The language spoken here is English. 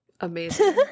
Amazing